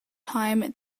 time